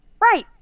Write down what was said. Right